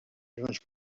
grans